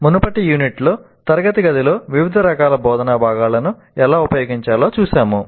మునుపటి యూనిట్లో తరగతి గదిలో వివిధ రకాల బోధనా భాగాలను ఎలా ఉపయోగించాలో చూశాము